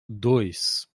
dois